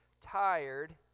tired